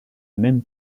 même